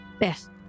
Yes